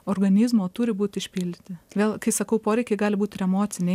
organizmo turi būt išpildyti vėl kai sakau poreikiai gali būt ir emociniai